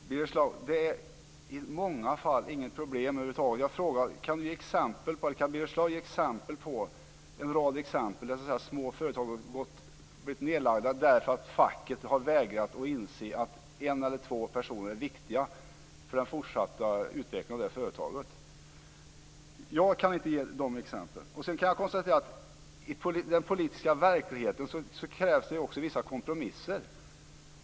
Fru talman! Birger Schlaug, det är i många fall inget problem över huvud taget. Kan Birger Schlaug ge en rad exempel på att små företag blivit nedlagda därför att facket har vägrat att inse att en eller två personer är viktiga för den fortsatta utvecklingen av företaget? Jag kan inte ge sådana exempel. I den politiska verkligheten krävs det också vissa kompromisser.